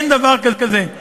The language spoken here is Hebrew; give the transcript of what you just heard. אין דבר כזה.